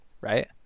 Right